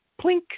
plink